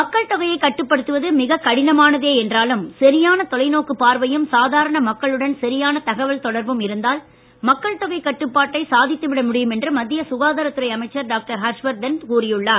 மக்கள் தொகைய கட்டுப்படுத்துவது மிக கடினமானதே என்றாலும் சரியான தொலைநோக்கு பார்வையும் சாதாரண மக்களுடன் சரியான தகவல் தொடர்பும் இருந்தால் மக்கள் தொகை கட்டுபாட்டை சாதித்து விட முடியும் என்று மத்திய சுகாதார துறை அமைச்சர் டாக்டர் ஹர்ஷவர்தன் கூறியுள்ளார்